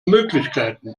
möglichkeiten